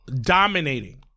dominating